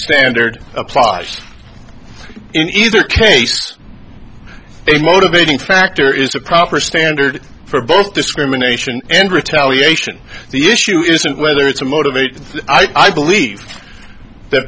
standard applied in either case a motivating factor is a proper standard for both discrimination and retaliation the issue isn't whether it's a motivated i believe the